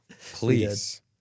please